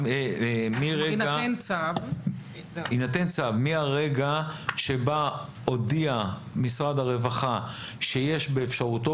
יינתן צו מהרגע שבו הודיע משרד הרווחה שיש באפשרותו,